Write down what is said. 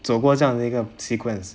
走过这样的一个 sequence